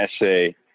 essay